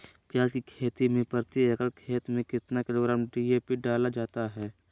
प्याज की खेती में प्रति एकड़ खेत में कितना किलोग्राम डी.ए.पी डाला जाता है?